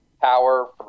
power